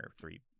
three